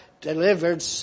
delivered